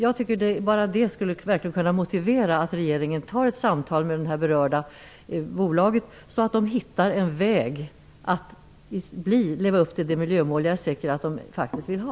Jag tycker att det borde motivera regeringen att ta ett samtal med de berörda bolagen och få dem att finna en väg att leva upp till de miljömål som jag är säker på att bolagen vill ha.